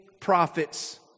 prophets